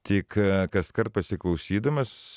tik kaskart pasiklausydamas